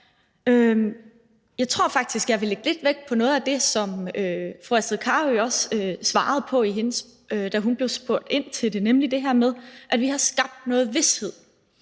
Jeg tror faktisk, at jeg vil lægge lidt vægt på noget af det, som fru Astrid Carøe også svarede, da hun blev spurgt ind til det, nemlig det her med, at vi har skabt noget vished.